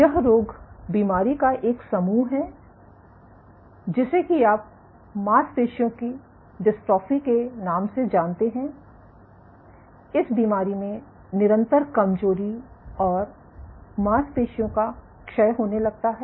यह रोग बीमारी का एक समूह है जिसे कि आप मांसपेशियों की डिस्ट्रोफी के नाम से जानते हैं इस बीमारी में निरंतर कमजोरी और मांसपेशियों का क्षय होने लगता है